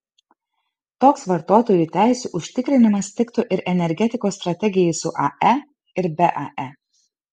toks vartotojų teisių užtikrinimas tiktų ir energetikos strategijai su ae ir be ae